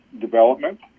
development